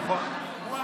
נכון,